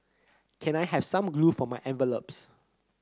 can I have some glue for my envelopes